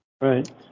Right